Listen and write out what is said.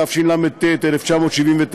התשל"ט 1979,